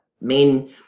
main